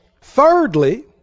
thirdly